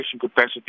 capacity